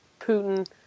Putin